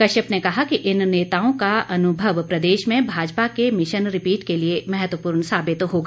कश्यप ने कहा कि इन नेताओं का अनुभव प्रदेश में भाजपा के मिशन रिपीट के लिए महत्वपूर्ण साबित होगा